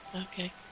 Okay